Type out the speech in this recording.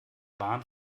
bahn